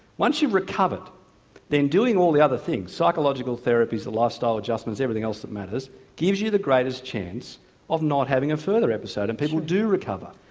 once you've recovered then doing all the other things the psychological therapies, the lifestyle adjustments, everything else that matters gives you the greater chance of not having a further episode and people do recover.